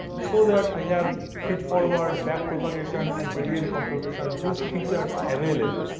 so that i have feedforward backpropagation and gradient computation these features available.